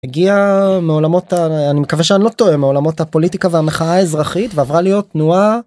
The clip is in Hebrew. הגיע מעולמות אני מקווה שאני לא טועה מעולמות הפוליטיקה והמחאה האזרחית עברה להיות תנועה.